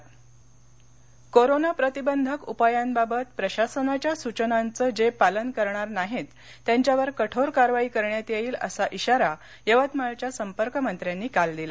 corona कारवाई corona प्रतिबंधक उपायांबाबत प्रशासनाच्या सूचनांचं जे पालन करणार नाहीत त्यांच्यावर कठोर कारवाई करण्यात येईल असा श्राारा यवतमाळच्या संपर्कमंत्र्यांनी काल दिला